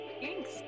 Thanks